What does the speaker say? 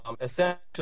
Essentially